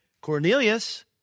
Cornelius